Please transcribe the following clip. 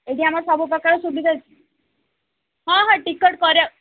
ଏଇଠି ଆମର ସବୁପ୍ରକାର ସୁବିଧା ଅଛି ହଁ ହଁ ଟିକେଟ୍ କର